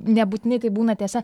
nebūtinai tai būna tiesa